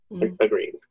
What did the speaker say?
Agreed